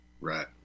Right